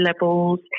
levels